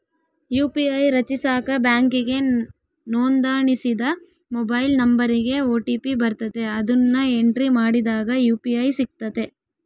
UPI ರಚಿಸಾಕ ಬ್ಯಾಂಕಿಗೆ ನೋಂದಣಿಸಿದ ಮೊಬೈಲ್ ನಂಬರಿಗೆ ಓ.ಟಿ.ಪಿ ಬರ್ತತೆ, ಅದುನ್ನ ಎಂಟ್ರಿ ಮಾಡಿದಾಗ ಯು.ಪಿ.ಐ ಸಿಗ್ತತೆ